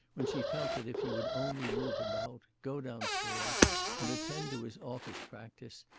when she felt that if he would only move about, go downstairs and attend to his office practice,